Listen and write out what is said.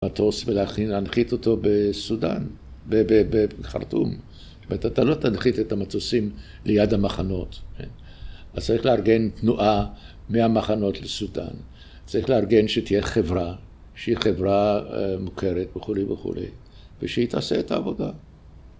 ‫מטוס ולהנחית אותו בסודאן, בחרטום. ‫אתה לא תנחית את המטוסים ‫ליד המחנות. ‫אז צריך לארגן תנועה ‫מהמחנות לסודאן. ‫צריך לארגן שתהיה חברה, ‫שהיא חברה מוכרת וכולי וכולי, ‫ושהיא תעשה את העבודה.